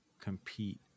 compete